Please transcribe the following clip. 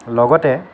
লগতে